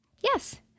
Yes